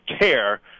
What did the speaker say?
care